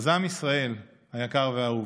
אז עם ישראל היקר והאהוב,